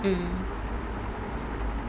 mm